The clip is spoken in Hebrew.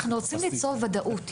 אנחנו רוצים ליצור ודאות.